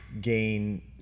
gain